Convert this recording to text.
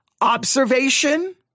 Observation